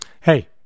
Hey